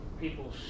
people